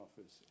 Office